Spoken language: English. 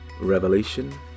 Revelation